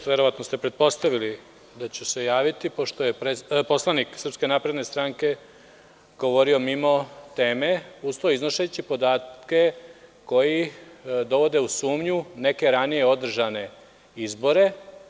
Verovatno ste pretpostavili da ću se javiti, pošto je poslanik SNS govorio mimo teme, uz to iznoseći podatke koji dovode u sumnju neke ranije održane izbore.